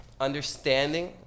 understanding